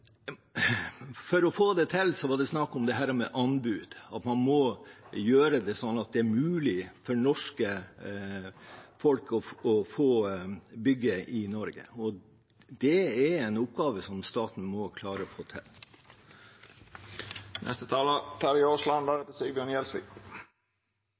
For å få det til var det snakk om anbud, at man må gjøre det sånn at det er mulig for norske folk å bygge i Norge. Det er en oppgave staten må klare å få til.